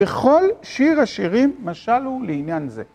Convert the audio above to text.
בכל שיר השירים משל הוא לעניין זה.